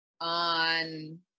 on